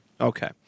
Okay